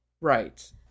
Right